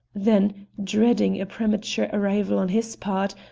then, dreading a premature arrival on his part,